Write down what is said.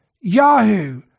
Yahoo